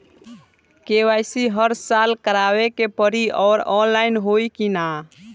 KYC हर साल करवावे के पड़ी और ऑनलाइन होई की ना?